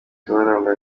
karabaranga